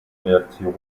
reaktionen